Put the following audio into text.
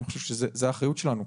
אני חושב שזו האחריות שלנו.